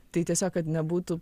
tai tiesiog kad nebūtų